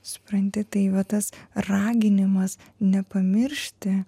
supranti tai va tas raginimas nepamiršti